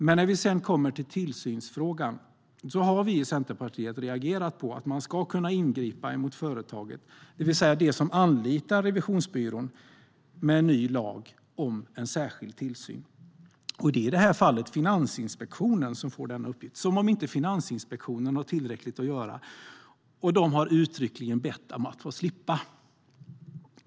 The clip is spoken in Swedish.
Men när vi kommer till tillsynsfrågan har vi i Centerpartiet reagerat på att man även ska kunna ingripa mot företaget, det vill säga det som anlitar revisionsbyrån, med en ny lag om särskild tillsyn. Det är i det här fallet Finansinspektionen som får denna uppgift - som om inte den har tillräckligt att göra! Finansinspektionen har också uttryckligen bett att få slippa.